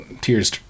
tears